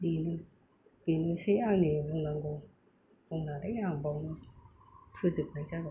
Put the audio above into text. बेनो बेनोसै आंनि बुंनांगौ बुंनानै आं बावनो फोजोबनाय जाबाय